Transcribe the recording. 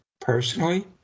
Personally